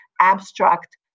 abstract